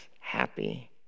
happy